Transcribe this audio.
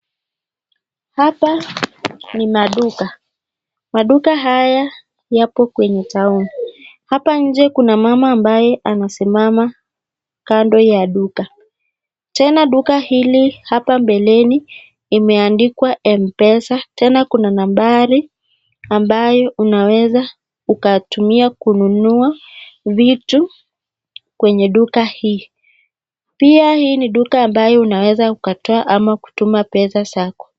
Hapa ni maduka. Maduka haya yapo kwenye town . Hapa nje kuna mama ambaye anasimama kando ya duka. Tena duka hili hapa mbeleni imeandikwa M-Pesa, tena kuna nambari ambayo unaweza ukatumia kununua vitu kwenye duka hii. Pia, hii ni duka ambayo unaweza ukatoa ama kutuma pesa zako.